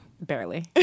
Barely